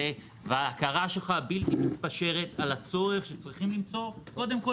ועל ההכרה שלך הבלתי מתפשרת הצורך שיש למצוא קודם כל